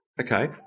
okay